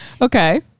Okay